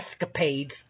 escapades